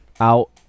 out